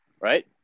right